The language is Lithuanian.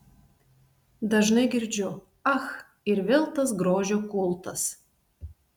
dažnai girdžiu ach ir vėl tas grožio kultas